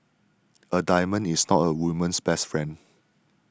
a diamond is not a woman's best friend